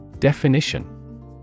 Definition